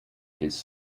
his